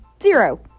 zero